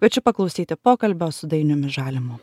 kviečiu paklausyti pokalbio su dainiumi žalimu